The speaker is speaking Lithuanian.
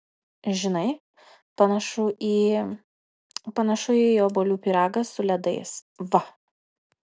žinai panašu į panašu į obuolių pyragą su ledais va